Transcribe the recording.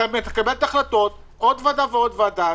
מקבלת החלטות, עוד ועדה ועוד ועדה.